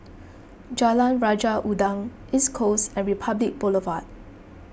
Jalan Raja Udang East Coast and Republic Boulevard